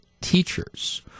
teachers